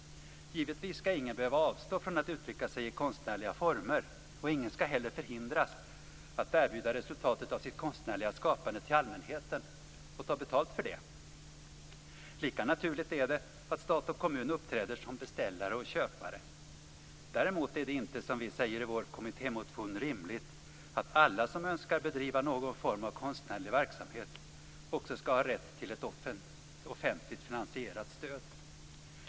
Givetvis skall ingen behöva avstå från att uttrycka sig i konstnärliga former. Ingen skall heller förhindras att erbjuda resultatet av sitt konstnärliga skapande till allmänheten och ta betalt för det. Lika naturligt är det att stat och kommun uppträder som beställare och köpare. Däremot är det inte, som vi säger i vår kommittémotion, rimligt att alla som önskar bedriva någon form av konstnärlig verksamhet också skall ha rätt till ett offentligt finansierat stöd.